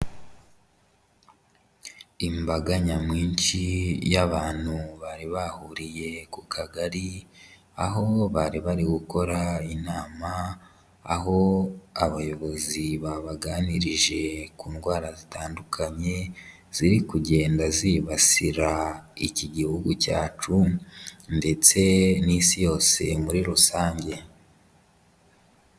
Imbaga nyamwinshi y'abantu bari bahuriye ku kagari, aho bari bari gukora inama, aho abayobozi babaganirije ku ndwara zitandukanye, ziri kugenda zibasira iki gihugu cyacu ndetse n'isi yose muri rusange.